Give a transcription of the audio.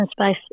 space